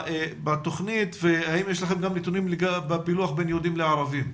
בתכנית והאם יש לכם נתונים בפילוח בין יהודים לערבים?